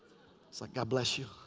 so like god bless you.